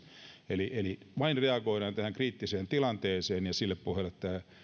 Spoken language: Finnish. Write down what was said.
eli eli vain reagoidaan tähän kriittiseen tilanteeseen ja sille pohjalle tämä